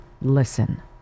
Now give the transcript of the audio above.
Listen